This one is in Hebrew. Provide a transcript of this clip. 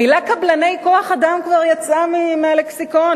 המלה "קבלני כוח-אדם" כבר יצאה מהלקסיקון,